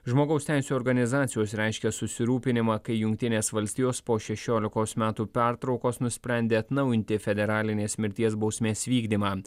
žmogaus teisių organizacijos reiškia susirūpinimą kai jungtinės valstijos po šešiolikos metų pertraukos nusprendė atnaujinti federalinės mirties bausmės vykdymą